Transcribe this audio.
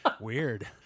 Weird